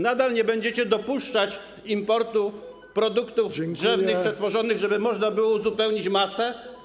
Nadal nie będziecie dopuszczać importu produktów drzewnych przetworzonych, żeby można było uzupełnić masę?